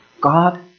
God